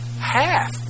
half